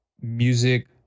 music